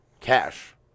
Cash